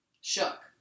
Shook